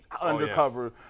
undercover